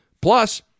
Plus